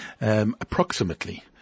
Approximately